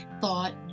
thought